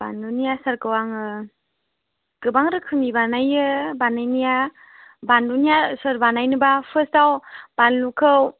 बानलुनि आसारखौ आङो गोबां रोखोमनि बानायो बानायनाया बानलुनि आसार बानायनोबा फार्स्टआव बानलुखौ